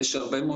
שאינם ממשלתיים,